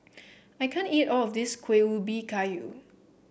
I can't eat all of this Kueh Ubi Kayu